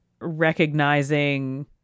recognizing